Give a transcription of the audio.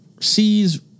sees